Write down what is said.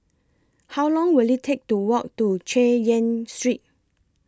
How Long Will IT Take to Walk to Chay Yan Street